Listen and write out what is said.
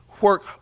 work